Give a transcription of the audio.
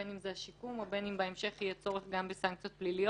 בין אם זה השיקום או בין אם בהמשך יהיה צורך גם בסנקציות פליליות,